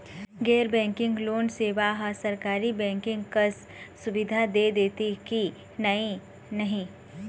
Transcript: गैर banking loan सेवा हा सरकारी बैंकिंग कस सुविधा दे देथे कि नई नहीं?